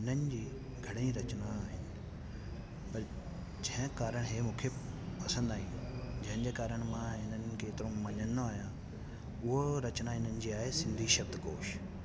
हिननि जी घणेई रचनाऊं आहिनि जंहिं कारण इहे मूंखे पसंदि आहिनि जंहिंजे कारण मां हिनन खे एतिरो मञींदो आहियां उहो रचना इन्हनि जी आहे सिंधी शब्दकोष